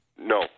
No